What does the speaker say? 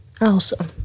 Awesome